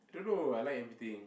don't know I like everything